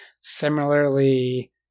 similarly